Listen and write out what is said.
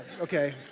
okay